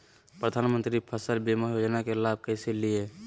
प्रधानमंत्री फसल बीमा योजना के लाभ कैसे लिये?